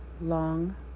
Long